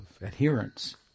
adherence